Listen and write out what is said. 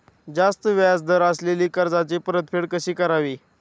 जास्त व्याज दर असलेल्या कर्जाची परतफेड कशी करावी?